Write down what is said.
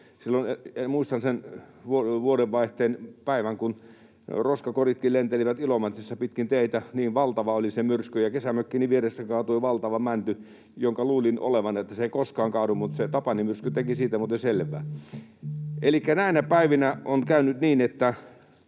oli. Muistan sen vuodenvaihteen päivän, kun roskakoritkin lentelivät Ilomantsissa pitkin teitä, niin valtava oli se myrsky, ja kesämökkini vierestä kaatui valtava mänty, jonka luulin olevan sellainen, että se ei koskaan kaadu, mutta se Tapani-myrsky teki siitä muuten selvää. Elikkä näinä päivinä on käynyt niin, että